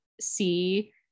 see